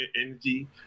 energy